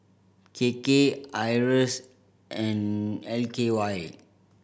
K K IRAS and L K Y